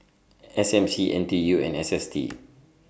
S M C N T U and S S T